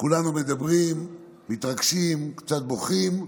כולנו מדברים, מתרגשים, קצת בוכים,